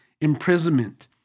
imprisonment